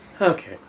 Okay